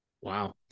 Wow